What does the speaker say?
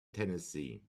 tennessee